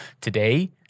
Today